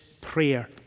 prayer